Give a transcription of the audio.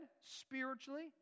spiritually